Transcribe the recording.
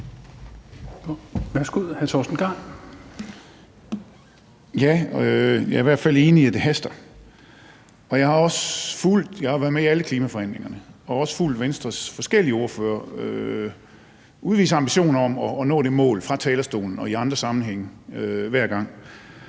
Jeg er i hvert fald enig i, at det haster. Jeg har været med i alle klimaforhandlingerne og har også fulgt Venstres forskellige ordførere udvise ambitioner om at nå det mål fra talerstolen og i andre sammenhænge, hver gang.